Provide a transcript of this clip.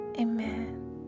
Amen